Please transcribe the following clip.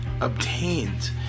obtained